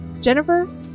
Jennifer